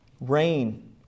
rain